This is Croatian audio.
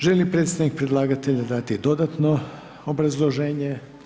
Želi li predstavnik predlagatelja dati dodatno obrazloženje?